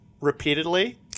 repeatedly